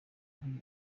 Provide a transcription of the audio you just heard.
ari